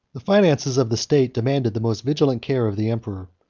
the finances of the state demanded the most vigilant care of the emperor.